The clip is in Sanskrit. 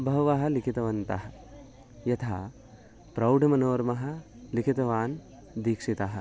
बहवः लिखितवन्तः यथा प्रौढमनोरमां लिखितवान् दीक्षितः